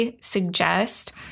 suggest